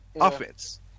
offense